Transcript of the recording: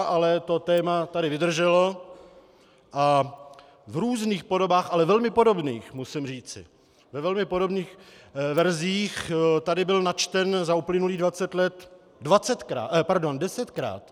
Ale to téma tady vydrželo a v různých podobách, ale velmi podobných, musím říci, ve velmi podobných verzích tady byl načten za uplynulých dvacet let desetkrát.